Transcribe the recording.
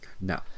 No